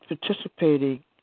participating